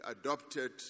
adopted